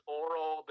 oral